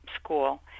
school